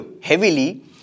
heavily